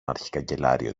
αρχικαγκελάριο